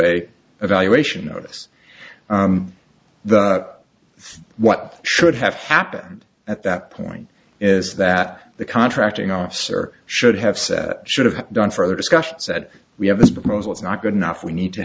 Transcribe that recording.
a evaluation notice the what should have happened at that point is that the contracting officer should have said should have done for other discussions that we have this proposal is not good enough we need to